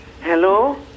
Hello